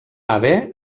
haver